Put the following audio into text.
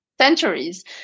centuries